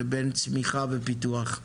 לבין סביבה ופיתוח.